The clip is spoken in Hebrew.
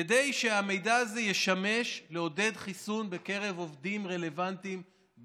כדי שהמידע הזה ישמש לעודד חיסון בקרב עובדים רלוונטיים,